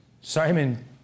Simon